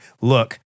look—